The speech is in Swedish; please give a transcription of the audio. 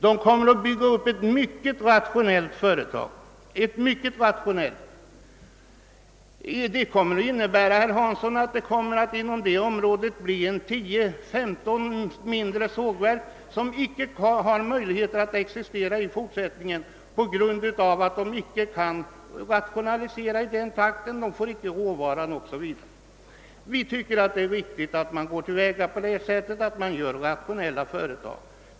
Det kommer att bli ett mycket rationellt företag. Följden blir, herr Hansson, att 10—15 mindre sågverk inom detta område i fortsättningen inte kommer att ha möjlighet att existera på grund av att de inte kan rationalisera i samma takt, genom att de inte får råvaror o.s.v. Vi tycker att det är riktigt att på detta sätt skapa rationella företag.